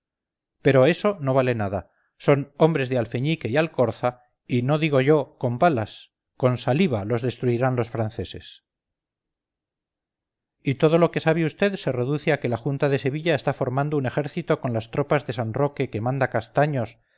pero eso no vale nada son hombres de alfeñique y alcorza y no digo yo con balas con saliva los destruirán los franceses y todo lo que sabe vd se reduce a que la junta de sevilla está formando un ejército con las tropas de san roque que manda castaños